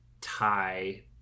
tie